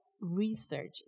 research